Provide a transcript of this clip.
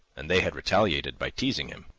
and they had retaliated by teasing him.